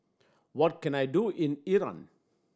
what can I do in Iran